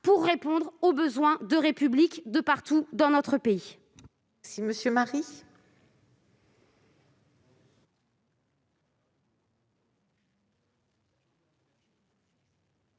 peut-on répondre au besoin de République partout dans notre pays